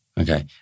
Okay